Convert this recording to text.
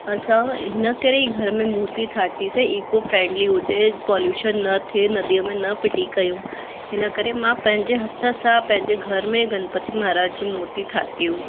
असां हिन करे ई घर में मूर्ति ठाहीसीं इको फ्रैंडली हुजे पॉल्यूशन न थिए नदीअ में न फिटी कयूं हिन करे मां पंहिंजे हथ सां पंहिंजे घर में गणपति महाराज जी मूर्ति ठाही हुई